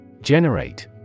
Generate